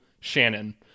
Shannon